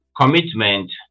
commitment